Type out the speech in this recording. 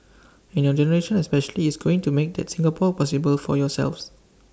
and your generation especially is going to make that Singapore possible for yourselves